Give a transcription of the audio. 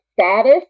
status